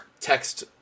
text